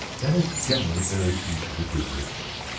that is generally very easy to do, isn't it?